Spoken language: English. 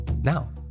now